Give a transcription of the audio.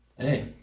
hey